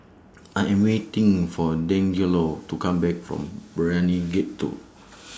I Am waiting For Deangelo to Come Back from Brani Gate two